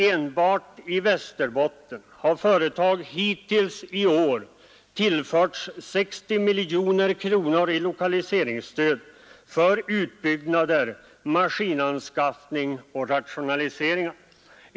Enbart i Västerbotten har företag hittills i år beviljats 60 miljoner kronor i lokaliseringsstöd för utbyggnader, maskinanskaffningar och rationaliseringar.